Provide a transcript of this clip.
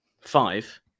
Five